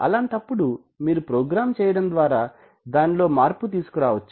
అలాంటప్పుడు మీరు ప్రోగ్రామ్ చేయడం ద్వారా దానిలో మార్పుతీసుకు రావచ్చు